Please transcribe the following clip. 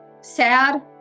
sad